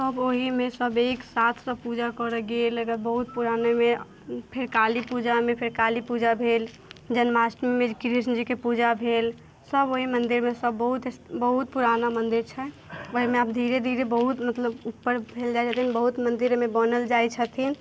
अब ओहिमे सब एकसाथ सब पूजा करऽ गेल अगर बहुत पुरानेमे फिर काली पूजामे फेर काली पूजा भेल जन्माष्टमीमे कृष्णजीके पूजा भेल सब ओहि मन्दिरमे सब बहुत बहुत पुराना मन्दिर छनि ओहिमे आब धीरे धीरे बहुत मतलब उपर भेल जाइत छथिन बहुत मन्दिर ओहिमे बनल जाइत छथिन